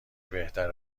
بهتره